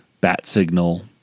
Bat-Signal